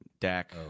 Dak